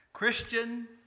Christian